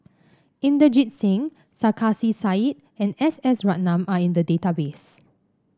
Inderjit Singh Sarkasi Said and S S Ratnam are in the database